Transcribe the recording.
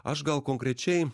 aš gal konkrečiai